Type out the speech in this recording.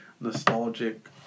nostalgic